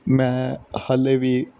ਮੈਂ ਹਾਲੇ ਵੀ